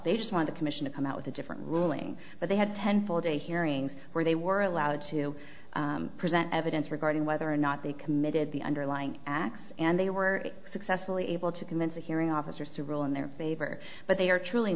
they just want a commission to come out with a different ruling but they had ten full day hearings where they were allowed to present evidence regarding whether or not they committed the underlying acts and they were successfully able to convince a hearing officers to rule in their favor but they are truly